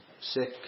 sick